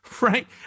right